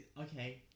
okay